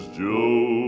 joe